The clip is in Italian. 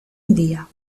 via